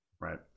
right